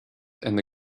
and